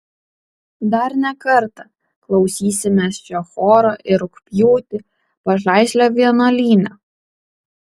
dar ne kartą klausysimės šio choro ir rugpjūtį pažaislio vienuolyne